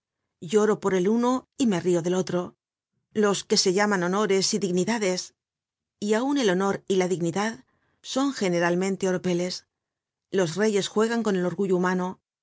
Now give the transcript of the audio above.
lloro por el uno y me rio del otro los que se llaman honores y dignidades y aun el honor y la dignidad son generalmente oropeles los reyes juegan con el orgullo humano